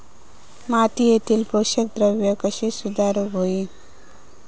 मातीयेतली पोषकद्रव्या कशी सुधारुक होई?